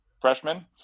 freshman